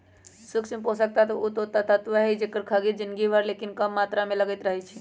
सूक्ष्म पोषक तत्व उ तत्व हइ जेकर खग्गित जिनगी भर लेकिन कम मात्र में लगइत रहै छइ